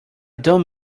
don’t